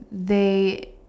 they